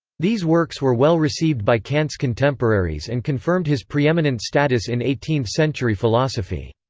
these works were well received by kant's contemporaries and confirmed his preeminent status in eighteenth century philosophy.